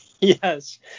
yes